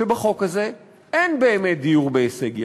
שבחוק הזה אין באמת דיור בהישג יד.